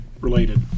related